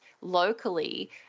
locally